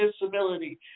disability